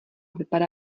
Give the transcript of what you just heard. vypadá